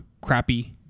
crappy